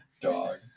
Dog